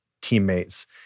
teammates